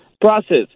process